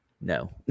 No